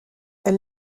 elle